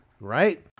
Right